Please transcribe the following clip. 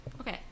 okay